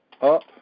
up